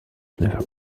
never